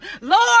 Lord